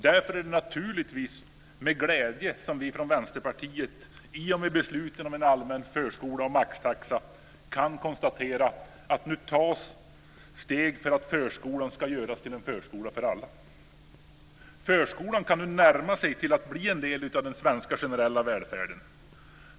Därför är det naturligtvis med glädje som vi från Vänsterpartiet i och med besluten om allmän förskola och maxtaxa kan konstatera att steg nu tas för att förskolan ska göras till en förskola för alla. Förskolan kan nu närma sig att bli till en del av den generella välfärden.